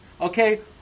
Okay